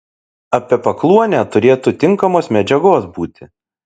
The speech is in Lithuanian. apie pakluonę turėtų tinkamos medžiagos būti